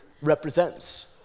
represents